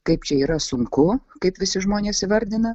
kaip čia yra sunku kaip visi žmonės įvardina